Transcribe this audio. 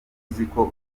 uziko